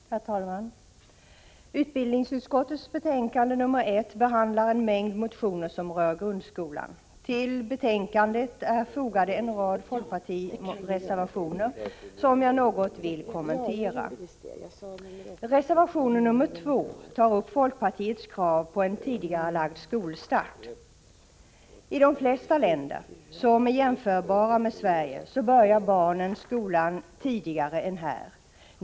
Herr talman! I utbildningsutskottets betänkande nr 1 behandlas en mängd motioner som rör grundskolan. Till betänkandet är fogade en rad folkpartireservationer, som jag något vill kommentera. I reservation nr 2 tar vi upp folkpartiets krav på en tidigarelagd skolstart. I de flesta länder som är jämförbara med Sverige börjar barnen skolan tidigare än här.